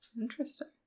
Interesting